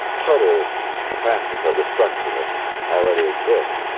total capacity for destruction that already exists.